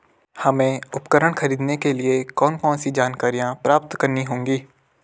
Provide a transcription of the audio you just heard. हमें उपकरण खरीदने के लिए कौन कौन सी जानकारियां प्राप्त करनी होगी?